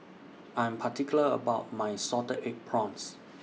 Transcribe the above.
I'm particular about My Salted Egg Prawns